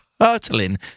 hurtling